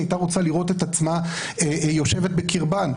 הייתה רוצה לראות את עצמה יושבת בקרבן.